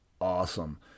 awesome